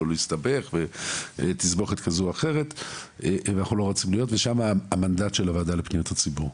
או להסתבך ותסבוכת כזו או אחרת ושמה המנדט של הועדה לפניות הציבור.